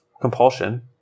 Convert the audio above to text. compulsion